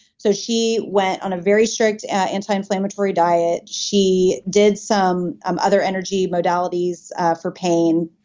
so she went on a very strict anti-inflammatory diet. she did some um other energy modalities for pain,